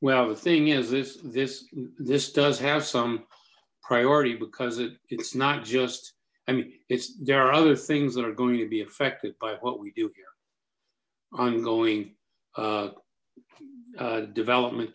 well the thing is is this this does have some priority because it it's not just i mean it's there are other things that are going to be affected by what we do here ongoing development